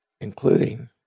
including